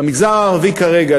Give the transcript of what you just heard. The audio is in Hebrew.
במגזר הערבי יש כרגע,